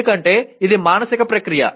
ఎందుకంటే ఇది మానసిక ప్రక్రియ